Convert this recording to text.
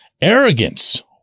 arrogance